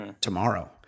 tomorrow